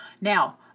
Now